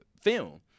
film